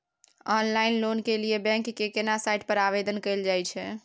Online loan के लिए bank के केना साइट पर आवेदन कैल जाए छै?